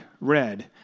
red